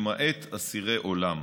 למעט אסירי עולם.